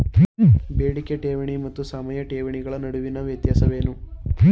ಬೇಡಿಕೆ ಠೇವಣಿ ಮತ್ತು ಸಮಯ ಠೇವಣಿಗಳ ನಡುವಿನ ವ್ಯತ್ಯಾಸವೇನು?